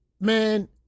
man